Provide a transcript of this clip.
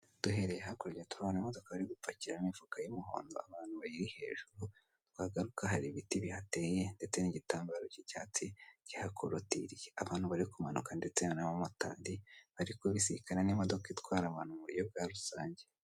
Duhereye hakurya turabona imodoko bari gupakira imifuka y'umuhondo abantu bayiri hejuru, twagaruka hari ibiti bihateye ndetse n'igitambaro cy'icyatsi kihakorotiriye, abantu bari kumanuka ndetse n'abamotari bari kubisikana n'imodoka itwara abantu mu buryo bwa rusange.